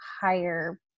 higher